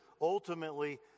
ultimately